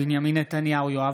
בנימין נתניהו, יואב